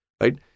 right